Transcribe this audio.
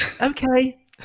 okay